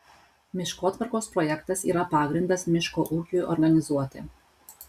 miškotvarkos projektas yra pagrindas miško ūkiui organizuoti